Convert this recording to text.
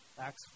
Acts